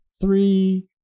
Three